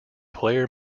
player